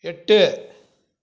எட்டு